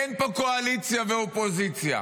אין פה קואליציה ואופוזיציה,